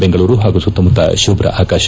ಬೆಂಗಳೂರು ಹಾಗೂ ಸುತ್ತಮುತ್ತ ಶುಭ್ಧ ಆಕಾಶ